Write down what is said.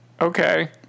Okay